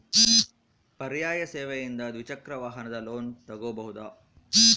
ಪರ್ಯಾಯ ಸೇವೆಯಿಂದ ದ್ವಿಚಕ್ರ ವಾಹನದ ಲೋನ್ ತಗೋಬಹುದಾ?